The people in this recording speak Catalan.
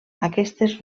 aquestes